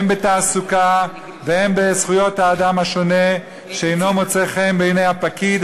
הן בתעסוקה והן בזכויות האדם השונה שאינו מוצא חן בעיני הפקיד,